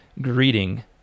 greeting